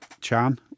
Chan